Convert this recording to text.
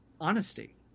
honesty